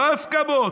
לא הסכמות.